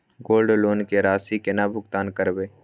Gold loan के राशि केना भुगतान करबै?